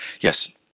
Yes